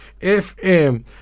FM